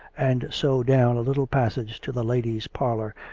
and so down a little passage to the ladies' parlour,